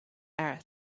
earth